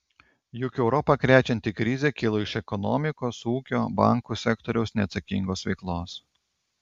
juk europą krečianti krizė kilo iš ekonomikos ūkio bankų sektoriaus neatsakingos veiklos